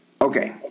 Okay